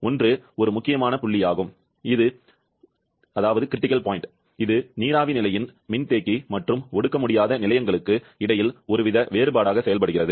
ஒன்று ஒரு முக்கியமான புள்ளியாகும் இது நீராவி நிலையின் மின்தேக்கி மற்றும் ஒடுக்க முடியாத நிலையின் ங்களுக்கு இடையில் ஒருவித வேறுபாடாக செயல்படுகிறது